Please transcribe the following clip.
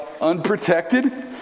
unprotected